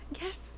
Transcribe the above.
Yes